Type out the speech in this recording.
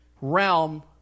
realm